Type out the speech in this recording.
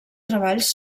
treballs